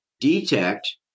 detect